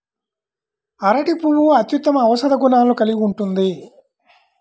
అరటి పువ్వు అత్యుత్తమ ఔషధ గుణాలను కలిగి ఉంటుంది